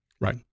Right